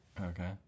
okay